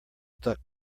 stuck